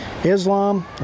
Islam